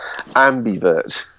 ambivert